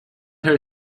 her